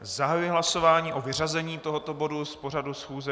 Zahajuji hlasování o vyřazení tohoto bodu z pořadu schůze.